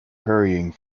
hurrying